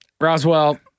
Roswell